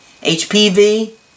HPV